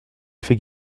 fait